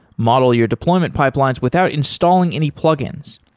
model your deployment pipelines without installing any plugins.